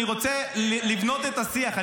אני רוצה לבנות את השיח,